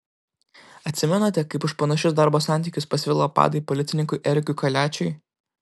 atsimenate kaip už panašius darbo santykius pasvilo padai policininkui erikui kaliačiui